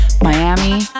Miami